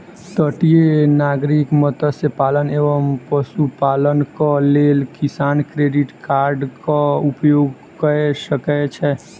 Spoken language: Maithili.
तटीय नागरिक मत्स्य पालन एवं पशुपालनक लेल किसान क्रेडिट कार्डक उपयोग कय सकै छै